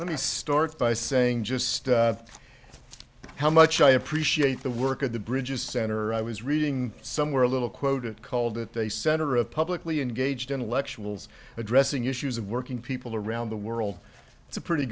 let me start by saying just how much i appreciate the work of the bridges center i was reading somewhere a little quoted called it a center of publicly engaged intellectuals addressing issues of working people around the world it's a pretty